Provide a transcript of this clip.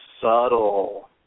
subtle